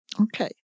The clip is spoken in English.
Okay